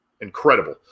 incredible